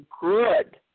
good